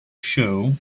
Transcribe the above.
show